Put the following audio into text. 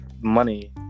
money